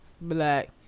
Black